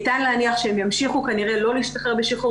ניתן להניח שהם ימשיכו כנראה לא להשתחרר בשחרור